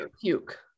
puke